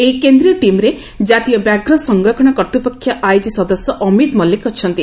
ଏହି କେନ୍ଦୀୟ ଟିମ୍ରେ ଜାତୀୟ ବ୍ୟାଘ୍ର ସଂରକ୍ଷଣ କର୍ତ୍ତୁପକ୍ଷ ଆଇଜି ସଦସ୍ୟ ଅମିତ୍ ମଲ୍କିକ୍ ଅଛନ୍ତି